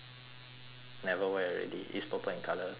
never wear already it's purple in colour pretty ugly